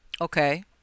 Okay